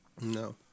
No